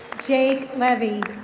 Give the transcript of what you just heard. jake levy.